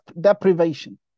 deprivation